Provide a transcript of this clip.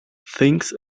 thinks